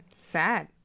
Sad